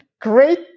Great